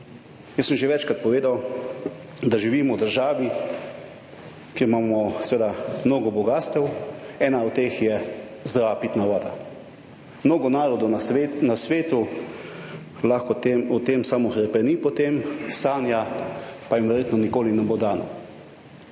Jaz sem že večkrat povedal, da živimo v državi, kjer imamo seveda mnogo bogastev. Ena od teh je zdrava pitna voda. Mnogo narodov na svetu lahko o tem, samo hrepeni po tem, sanja, pa jim verjetno nikoli ne bo dano.